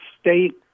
state